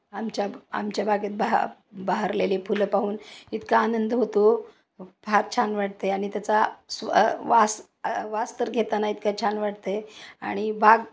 आमच्या आमच्या बागेत भा बहरलेले फुलं पाहून इतका आनंद होतो फार छान वाटतं आहे आणि त्याचा सुवास वास तर घेताना इतका छान वाटतं आहे आणि बाग